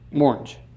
Orange